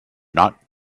not